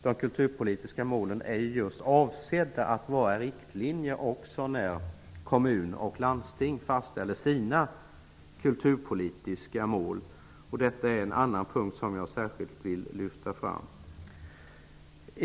De kulturpolitiska målen är just avsedda att vara riktlinjer också när kommuner och landsting fastställer sina kulturpolitiska mål. Detta är en punkt som jag särskilt vill lyfta fram.